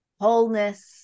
wholeness